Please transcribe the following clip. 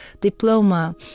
diploma